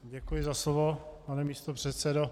Děkuji za slovo, pane místopředsedo.